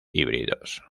híbridos